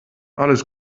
alles